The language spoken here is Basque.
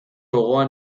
gogoa